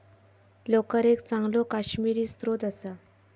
लोकर एक चांगलो काश्मिरी स्त्रोत असा